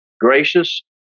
gracious